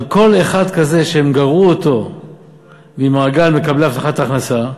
כל אחד כזה שהן גרעו אותו ממעגל מקבלי הבטחת הכנסה.